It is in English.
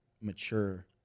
mature